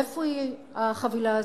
איפה היא, החבילה הזו?